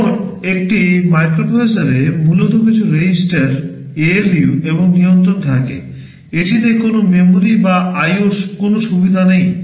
এখন একটি মাইক্রোপ্রসেসরে মূলত কিছু রেজিস্টার ALU এবং নিয়ন্ত্রণ থাকে এটিতে কোনও memory বা IO র কোনও সুবিধা নেই